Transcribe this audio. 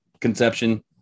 conception